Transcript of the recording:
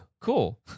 cool